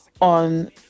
On